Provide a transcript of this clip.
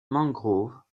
mangroves